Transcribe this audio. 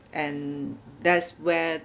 and that's where